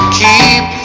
keep